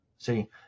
See